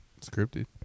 scripted